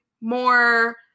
more